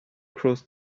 cross